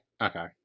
Okay